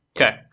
Okay